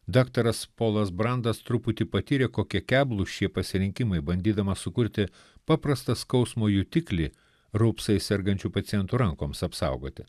daktaras polas brandas truputį patyrė kokie keblūs šie pasirinkimai bandydamas sukurti paprastą skausmo jutiklį raupsais sergančių pacientų rankoms apsaugoti